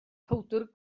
powdr